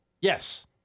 Yes